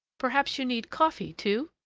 perhaps you need coffee, too?